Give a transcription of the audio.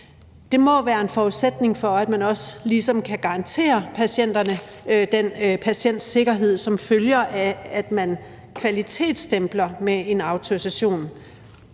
Det må være en forudsætning for, at man også ligesom kan garantere patienterne den patientsikkerhed, som følger af, at man kvalitetsstempler med en autorisation.